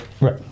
Right